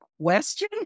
question